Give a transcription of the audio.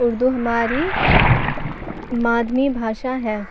اردو ہماری مادھمی بھاشا ہے